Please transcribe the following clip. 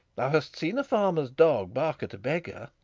thou hast seen a farmer's dog bark at a beggar?